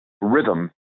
rhythm